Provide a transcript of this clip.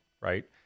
right